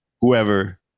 whoever